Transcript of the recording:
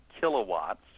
kilowatts